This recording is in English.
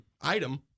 item